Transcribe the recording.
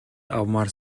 авмаар